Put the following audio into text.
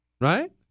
right